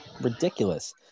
ridiculous